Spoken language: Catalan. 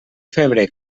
febrer